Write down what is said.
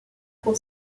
pour